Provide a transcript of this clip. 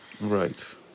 Right